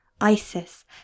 Isis